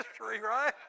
right